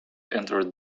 entered